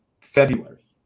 February